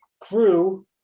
crew